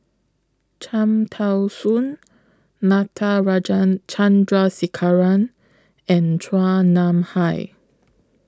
Cham Tao Soon Natarajan Chandrasekaran and Chua Nam Hai